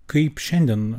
kaip šiandien